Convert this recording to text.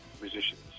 musicians